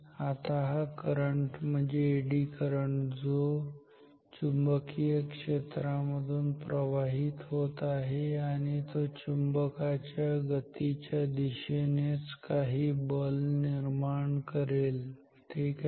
आता हा करंट म्हणजे एडी करंट जो चुंबकीय क्षेत्रामधून प्रवाहित होत आहे आणि तो चुंबकाच्या गतीच्या दिशेनेच काही बल निर्माण करेल ठीक आहे